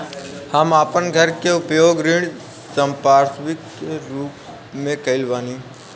हम आपन घर के उपयोग ऋण संपार्श्विक के रूप में कइले बानी